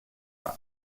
pas